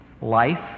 Life